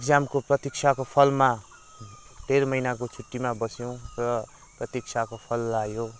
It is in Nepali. एक्जामको प्रतिक्षाको फलमा डेढ महिनाको छुट्टीमा बस्यौँ र प्रतिक्षको फल आयो